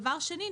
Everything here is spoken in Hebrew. דבר שני,